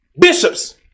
Bishops